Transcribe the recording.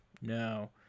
No